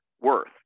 worth